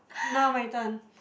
now my turn